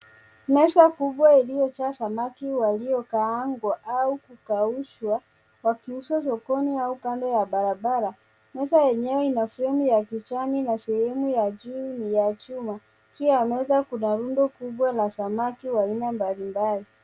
Meza kubwa iliyojaa samaki waliokaangwa au kukaushwa wakiuzwa sokoni au kando ya barabara . Meza yenyewe ina fremu ya kijani na sehemu ya juu ni ya chuma. Juu ya meza kuna rundo kubwa la samaki wa aina mbalimbali.